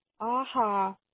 Aha